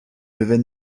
within